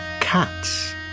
cats